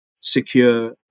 secure